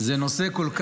מה שנכון נכון.